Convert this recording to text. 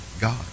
God